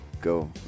go